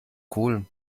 cool